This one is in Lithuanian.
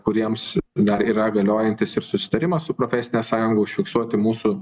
kuriems dar yra galiojantis ir susitarimas su profesine sąjunga užfiksuoti mūsų